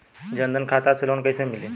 जन धन खाता से लोन कैसे मिली?